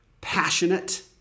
passionate